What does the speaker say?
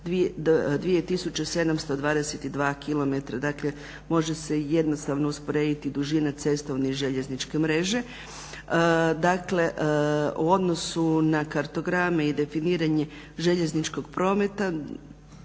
2722km dakle može se jednostavno usporediti dužina cestovne i željezničke mreže. Dakle u odnosu na kartograme i definiranje željezničkog prometa